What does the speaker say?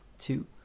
two